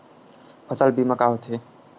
फसल बीमा का होथे?